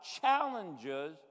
challenges